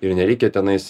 ir nereikia tenais